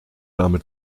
dame